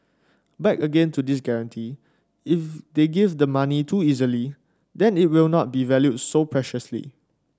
back again to this guarantee if they give the money too easily then it will not be valued so preciously